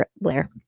Blair